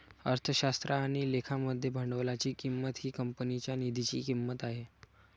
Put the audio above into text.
अर्थशास्त्र आणि लेखा मध्ये भांडवलाची किंमत ही कंपनीच्या निधीची किंमत आहे